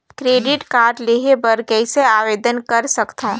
Credit card लेहे बर कइसे आवेदन कर सकथव?